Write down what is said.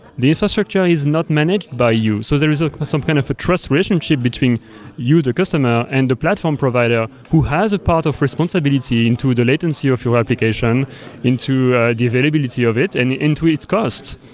the infrastructure is not managed by you. so there's ah some kind of a trust relationship between you, the customer, and the platform provider who has a part of responsibility into the latency of your application into the availability of it and into its costs.